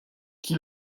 qui